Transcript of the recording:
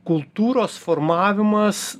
kultūros formavimas